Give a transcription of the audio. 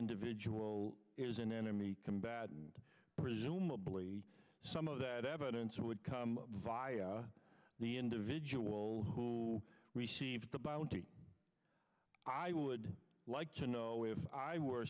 individual is an enemy combatant presumably some of that evidence would come via the individuals who receive the bounty i would like to know if i were